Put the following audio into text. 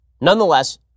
Nonetheless